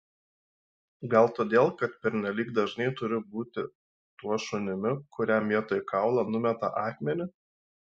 gal todėl kad pernelyg dažnai turiu būti tuo šunimi kuriam vietoj kaulo numeta akmenį